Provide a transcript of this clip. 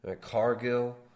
Cargill